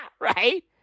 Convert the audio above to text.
Right